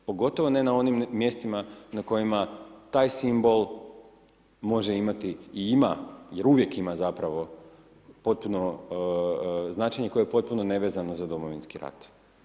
Pogotovo ne na onim mjestima na kojima taj simbol može imati i ima, jer uvijek ima zapravo potpuno značenje koje je potpuno nevezano za Domovinski rat.